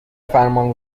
فرمان